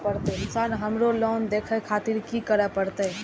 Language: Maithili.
सर हमरो लोन देखें खातिर की करें परतें?